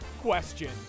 question